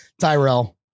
tyrell